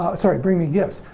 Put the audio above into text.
ah sorry, bring me gifts.